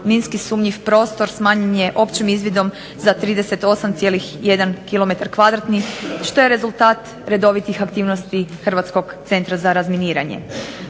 minski sumnjiv prostor smanjen je općim izvidom za 38,1 km2 što je rezultat redovitih aktivnosti Hrvatskog centra za razminiranje.